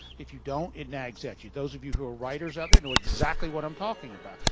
if you don't, it nags at you. those of you who are writers out there know exactly what i'm talking about.